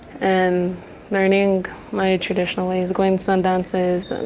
and learning my traditional ways, going to sun dances,